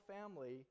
family